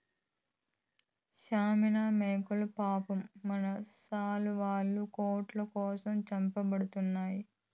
షాస్మినా మేకలు పాపం మన శాలువాలు, కోట్ల కోసం చంపబడతండాయి